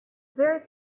very